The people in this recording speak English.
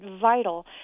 vital